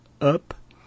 up